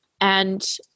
And-